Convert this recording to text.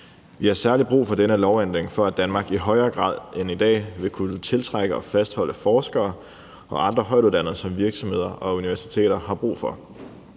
Vi har særlig brug for den her lovændring, for at Danmark i højere grad end i dag vil kunne tiltrække og fastholde forskere og andre højtuddannede, som virksomheder og universiteter har brug for.